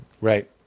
Right